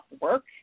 work